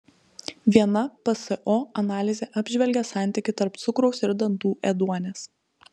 viena pso analizė apžvelgė santykį tarp cukraus ir dantų ėduonies